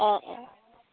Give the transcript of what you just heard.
অঁ অঁ